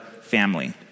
family